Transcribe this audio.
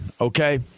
okay